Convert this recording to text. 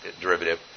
derivative